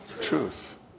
truth